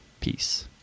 Peace